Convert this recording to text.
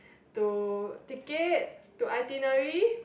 to ticket to itinerary